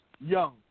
young